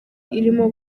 irimo